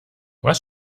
was